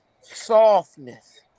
softness